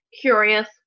curious